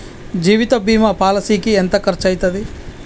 జీవిత బీమా పాలసీకి ఎంత ఖర్చయితది?